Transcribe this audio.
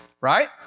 Right